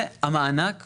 זה המענק שאמרנו,